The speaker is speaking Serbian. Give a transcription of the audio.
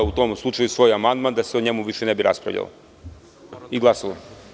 U tom slučaju povlačim svoj amandman da se o njemu više ne bi raspravljalo i glasalo.